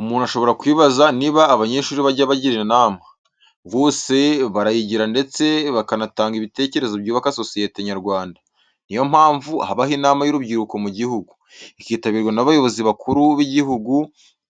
Umuntu ashobora kwibaza niba abanyeshuri bajya bagira inama. Rwose barayigira ndetse bakanatanga ibitekerezo byubaka sosiyete nyarwanda. Niyo mpamvu habaho inama y'urubyiruko mu gihugu. Ikitabirwa n'abayobozi bakuru b'igihugu